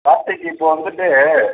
கார்த்திக் இப்போ வந்துவிட்டு